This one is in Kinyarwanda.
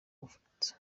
bufaransa